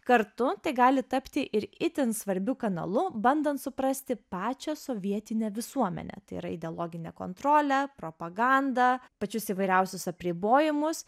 kartu tai gali tapti ir itin svarbiu kanalu bandant suprasti pačią sovietinę visuomenę tai yra ideologinę kontrolę propagandą pačius įvairiausius apribojimus